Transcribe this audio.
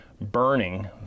burning